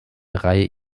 reihe